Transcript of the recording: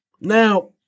Now